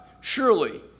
Surely